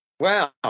Wow